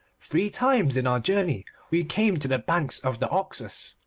three times in our journey we came to the banks of the oxus.